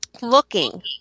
looking